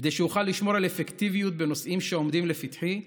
"כדי שאוכל לשמור על אפקטיביות בנושאים שעומדים לפתחי,